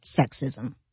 sexism